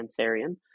Cancerian